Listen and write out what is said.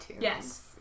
Yes